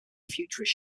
futurist